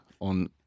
on